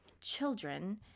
children